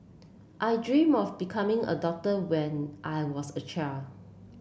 I dream of becoming a doctor when I was a child